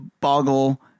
boggle